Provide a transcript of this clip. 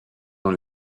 dans